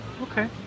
Okay